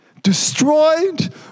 Destroyed